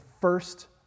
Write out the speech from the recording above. first